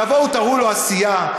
תבואו תראו לו עשייה,